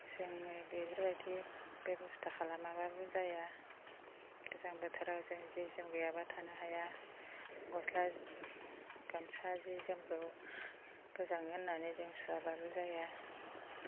जोङो बेफोरबायदि बेबस्था खालामाब्लबो जाया गोजां बोथोराव जों जि जोम गैयाब्ला थानो हाया गस्ला गामसा जि जोमखौ गोजाङो होननानै जों सुवाब्लाबो जाया